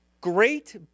great